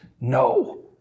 No